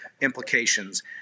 implications